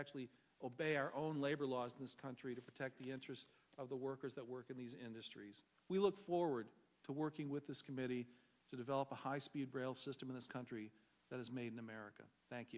actually obey our own labor laws in this country to protect the interests of the workers that work in these industries we look forward to working with this committee to develop a high speed rail system in this country that is made in america thank